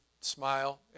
smile